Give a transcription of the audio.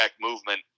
movement